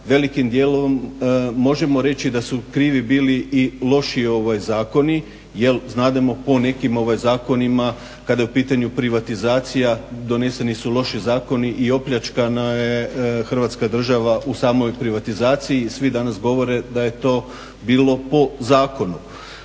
Velikim dijelom možemo reći da su krivi bili i loši zakoni jel zademo po nekim zakonima kada je u pitanju privatizacija doneseni su loši zakoni i opljačkana je Hrvatska država u samoj privatizaciji. Svi danas govore da je to bilo po zakonu.